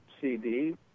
CD